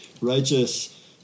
righteous